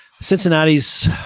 Cincinnati's